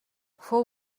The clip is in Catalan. fou